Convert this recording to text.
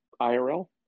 irl